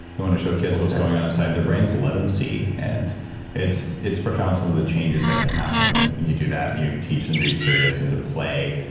you wanna show kids what's going on inside their brains? let them see. and it's it's profound, some of the changes that can happen when you do that, and you teach them to be curious and to play,